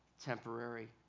temporary